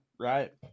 right